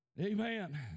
Amen